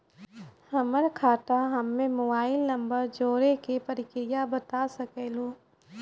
हमर खाता हम्मे मोबाइल नंबर जोड़े के प्रक्रिया बता सकें लू?